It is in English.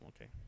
okay